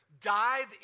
dive